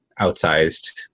outsized